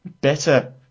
Better